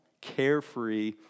Carefree